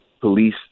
police